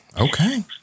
Okay